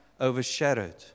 overshadowed